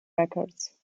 records